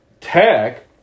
tech